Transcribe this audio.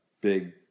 big